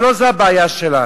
אבל לא זו הבעיה שלנו.